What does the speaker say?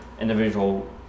individual